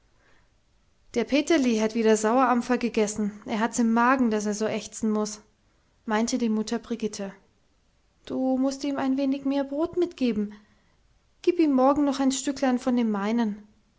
der peterli hat wieder sauerampfer gegessen er hat's im magen daß er so ächzen muß meinte die mutter brigitte du mußt ihm ein wenig mehr brot mitgeben gib ihm morgen noch ein stücklein von dem meinen